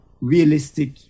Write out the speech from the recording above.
realistic